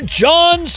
john